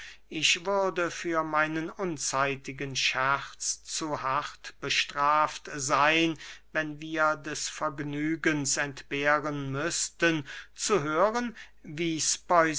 ich würde für meinen unzeitigen scherz zu hart bestraft seyn wenn wir des vergnügens entbehren müßten zu hören wie